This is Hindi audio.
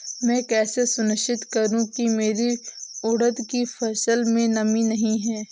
मैं कैसे सुनिश्चित करूँ की मेरी उड़द की फसल में नमी नहीं है?